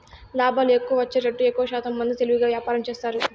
లాభాలు ఎక్కువ వచ్చేతట్టు ఎక్కువశాతం మంది తెలివిగా వ్యాపారం చేస్తారు